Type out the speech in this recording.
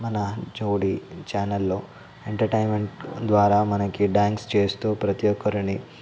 మన జోడి ఛానల్లో ఎంటర్టేయిన్మెంట్ ద్వారా మనకి డాన్స్ చేస్తూ ప్రతీ ఒక్కరిని